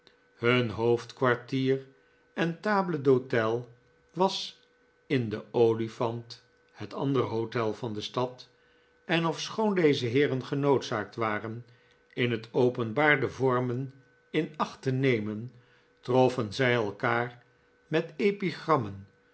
hun hoofdkwartier en table d'hote was in de olifant het andere hotel van de stad en ofschoon deze heeren genoodzaakt waren in het openbaar de vormen in acht te nemen troffen zij elkaar met